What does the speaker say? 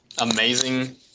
amazing